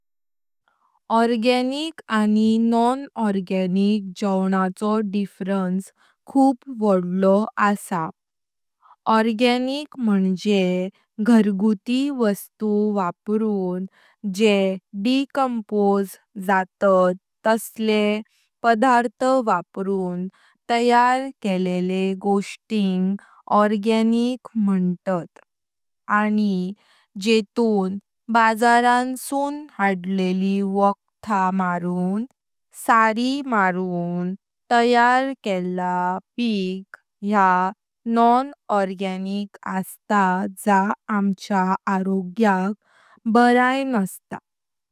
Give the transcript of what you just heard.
ऑर्गॅनिक आनि non organic जवनांचो difference खूण वडलो असा। ऑर्गॅनिक मंजे घरगुती वस्तू वाप्रून जे डिकॉम्पोज जातात तसले पदार्थ वाप्रून तयार केलेलें गोस्टींग ऑर्गॅनिक म्हणतात। आनि जेतून बाजारान सून हडलीली वोक्हात, सारी मारीन तयार केला पिक या नॉन ऑर्गॅनिक असता जा आमच्या आरोग्याग बऱाई नास्ता।